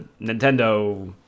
Nintendo